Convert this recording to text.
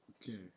Okay